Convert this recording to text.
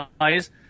eyes